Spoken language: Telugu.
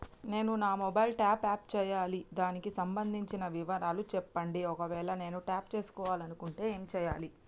నేను నా మొబైలు టాప్ అప్ చేయాలి దానికి సంబంధించిన వివరాలు చెప్పండి ఒకవేళ నేను టాప్ చేసుకోవాలనుకుంటే ఏం చేయాలి?